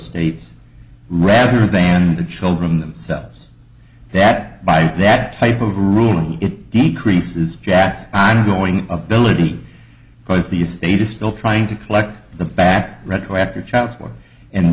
states rather than the children themselves that by that type of ruling it decreases jack's i'm going ability because the state is still trying to collect the back retroactive child support and